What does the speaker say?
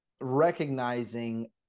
recognizing